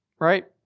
right